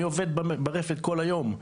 אני עובד ברפת כל היום.